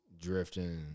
drifting